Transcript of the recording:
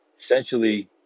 essentially